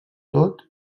tot